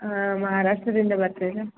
ಹಾಂ ಮಹಾರಾಷ್ಟ್ರದಿಂದ ಬರ್ತೀವಿ ರೀ